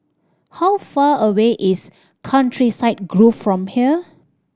how far away is Countryside Grove from here